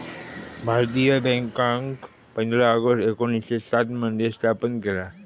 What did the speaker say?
भारतीय बॅन्कांका पंधरा ऑगस्ट एकोणीसशे सात मध्ये स्थापन केलेला